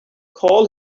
call